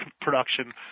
production